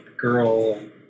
girl